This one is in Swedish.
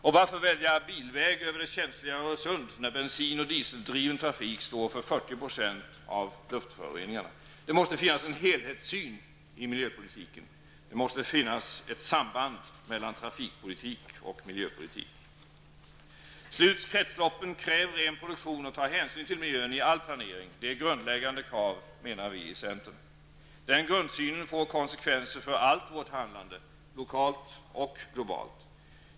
Och varför välja bilväg över det känsliga Öresund när bensin och dieseldriven trafik står för 40 % av luftföroreningarna? Det måste finnas en helhetssyn i miljöpolitiken, och det måste också finnas ett samband mellan trafikpolitik och miljöpolitik. Slut kretsloppen, kräv ren produktion och ta hänsyn till miljön i all planering! Det är grundläggande krav enligt oss i centern. Den grundsynen får konsekvenser för allt vårt handlande, såväl lokalt som globalt.